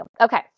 Okay